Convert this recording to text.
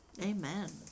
Amen